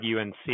UNC